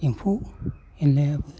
एम्फौ एनलायाबो